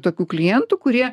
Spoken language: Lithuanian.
tokių klientų kurie